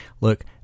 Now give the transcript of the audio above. look